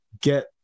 get